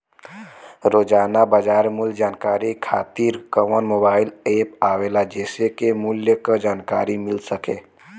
रोजाना बाजार मूल्य जानकारी खातीर कवन मोबाइल ऐप आवेला जेसे के मूल्य क जानकारी मिल सके?